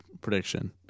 prediction